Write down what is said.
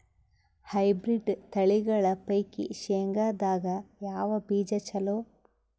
Hybrid ತಳಿಗಳ ಪೈಕಿ ಶೇಂಗದಾಗ ಯಾವ ಬೀಜ ಚಲೋ?